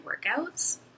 workouts